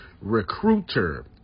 Recruiter